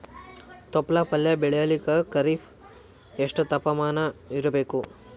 ತೊಪ್ಲ ಪಲ್ಯ ಬೆಳೆಯಲಿಕ ಖರೀಫ್ ಎಷ್ಟ ತಾಪಮಾನ ಇರಬೇಕು?